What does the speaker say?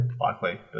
likely